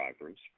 drivers